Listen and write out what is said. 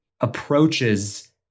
approaches